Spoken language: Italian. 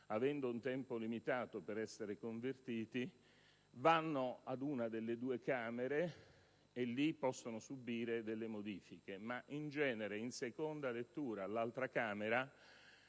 avendo un tempo limitato per essere convertiti, vanno ad una delle due Camere dove possono subire modifiche, ma in genere in seconda lettura presso l'altra Camera